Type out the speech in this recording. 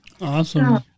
Awesome